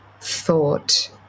thought